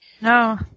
No